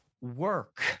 work